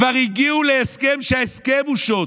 כבר הגיעו להסכם, וההסכם הוא שוד,